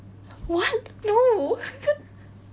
what no